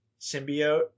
symbiote